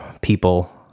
people